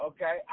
Okay